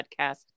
podcast